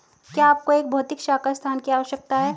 क्या आपको एक भौतिक शाखा स्थान की आवश्यकता है?